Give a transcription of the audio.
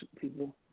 people